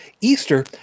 easter